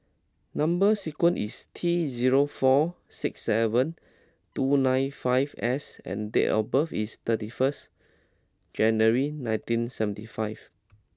number sequence is T zero four six seven two nine five S and date of birth is thirty first January nineteen seventy five